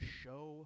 show